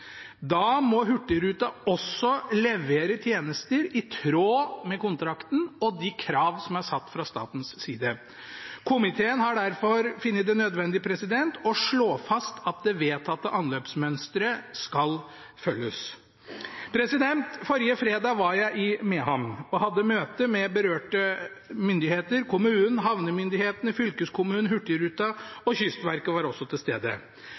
da må også Hurtigruten levere tjenester i tråd med kontrakten og de krav som er satt fra statens side. Komiteen har derfor funnet det nødvendig å slå fast at det vedtatte anløpsmønsteret skal følges. Forrige fredag var jeg i Mehamn og hadde møte med berørte myndigheter – kommunen, havnemyndighetene, fylkeskommunen. Hurtigruten og Kystverket var også til stede.